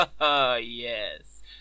yes